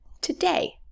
today